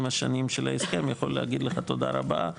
השנים של ההסכם יכול להגיד לך תודה רבה.